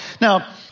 Now